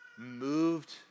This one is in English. moved